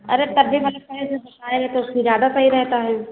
अरे तब भी मतलब पहले से बताए रहते तो उसकी ज़्यादा सही रहता है